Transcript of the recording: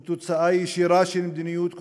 הוא תוצאה ישירה של מדיניות כוחנית,